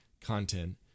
content